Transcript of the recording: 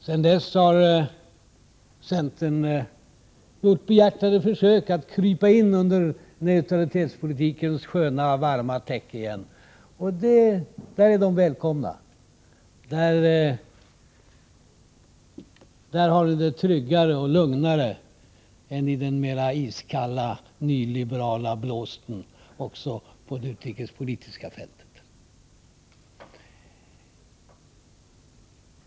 Sedan dess har centern gjort behjärtade försök att krypa in under neutralitetspolitikens sköna, varma täcke igen, och där är de välkomna. Där har ni det tryggare och lugnare än i den mera iskalla, nyliberala blåsten också på det utrikespolitiska fältet.